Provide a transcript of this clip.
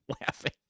laughing